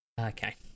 Okay